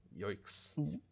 Yikes